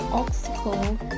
obstacle